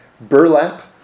burlap